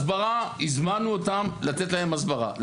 הזמנו אותם לתת להם הסברה.